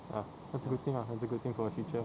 ya that's a good thing ah that's a good thing for the future